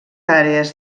àrees